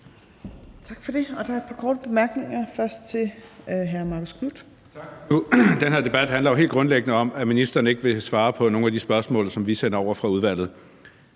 Tak for det. Der er et par korte bemærkninger, først til hr. Marcus Knuth. Kl. 15:27 Marcus Knuth (KF): Tak. Den her debat handler jo helt grundlæggende om, at ministeren ikke vil svare på nogle af de spørgsmål, som vi sender over fra udvalget.